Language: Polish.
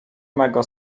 mego